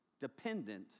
dependent